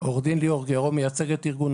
הנושא של התקצוב האישי בעצם מחושק שם גם על ידי